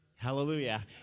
Hallelujah